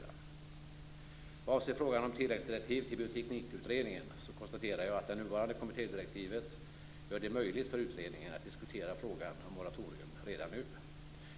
Vad avser frågan om ett tilläggsdirektiv till bioteknikutredningen konstaterar jag att det nuvarande kommittédirektivet gör det möjligt för utredningen att diskutera frågan om moratorium redan nu.